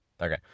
Okay